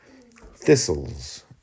Thistles